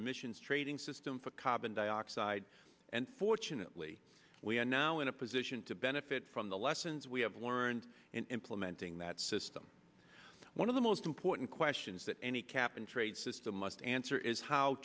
emissions trading system for carbon dioxide and fortunately we are now in a position to benefit from the lessons we have learned in implementing that system one of the most important questions that any cap and trade system must answer is how